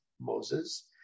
Moses